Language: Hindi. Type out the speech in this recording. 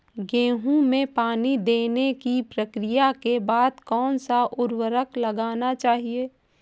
गेहूँ में पानी देने की प्रक्रिया के बाद कौन सा उर्वरक लगाना चाहिए?